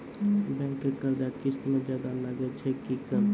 Bank के कर्जा किस्त मे ज्यादा लागै छै कि कम?